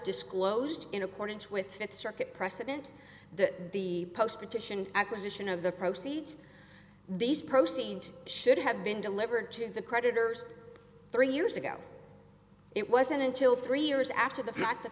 disclosed in accordance with that circuit precedent that the post petition acquisition of the proceeds these proceedings should have been delivered to the creditors three years ago it wasn't until three years after the fact that